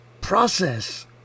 process